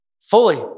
fully